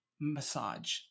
massage